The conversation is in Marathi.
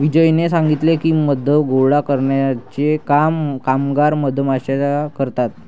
विजयने सांगितले की, मध गोळा करण्याचे काम कामगार मधमाश्या करतात